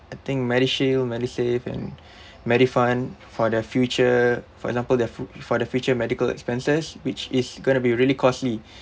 I think medishield medisave and medifund for their future for example their fu~ for the future medical expenses which is going to be really costly